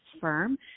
firm